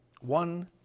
one